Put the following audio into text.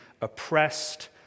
oppressed